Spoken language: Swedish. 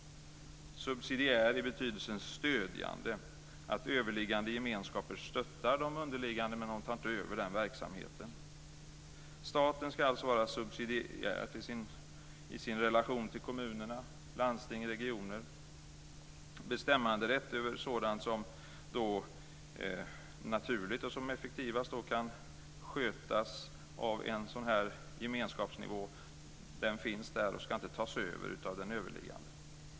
Subsidiär har där betydelsen stödjande, att överliggande gemenskaper stöttar de underliggande men tar inte över den verksamheten. Staten ska alltså vara subsidiär i sin relation till kommunerna, landstingen och regionerna. Bestämmanderätten över sådant som naturligt och effektivast kan skötas av en sådan här gemenskapsnivå finns där och ska inte tas över av den överliggande.